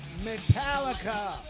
Metallica